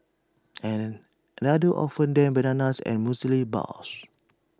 another offered them bananas and Muesli Bars